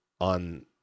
on